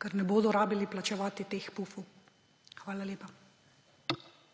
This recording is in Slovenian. da jim ne bo treba plačevati teh pufov. Hvala lepa.